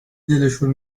دلشون